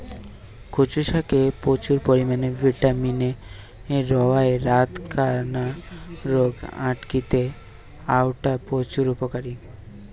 কচু শাকে প্রচুর পরিমাণে ভিটামিন এ রয়ায় রাতকানা রোগ আটকিতে অউটা প্রচুর উপকারী